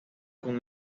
con